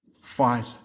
fight